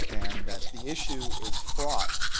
and that the issue is fraught